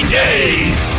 days